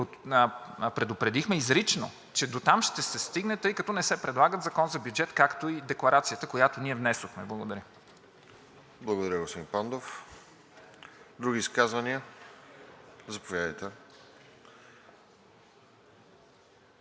предупредихме изрично, че дотам ще се стигне, тъй като не се предлага закон за бюджет, както и декларацията, която ние внесохме. Благодаря. ПРЕДСЕДАТЕЛ РОСЕН ЖЕЛЯЗКОВ: Благодаря, господин Пандов. Други изказвания? Заповядайте.